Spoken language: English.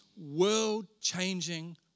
world-changing